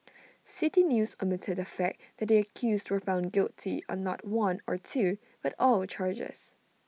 City News omitted the fact that the accused were found guilty on not one or two but all charges